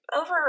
over